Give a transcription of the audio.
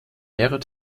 mehrere